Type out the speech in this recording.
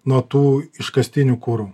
nuo tų iškastinių kurų